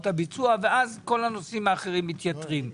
הביצוע ואז כל הנושאים האחרים מתייתרים.